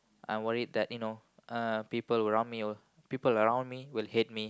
I'm worried that you know uh people around me will people around me will hate me